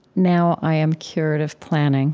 now i am cured of planning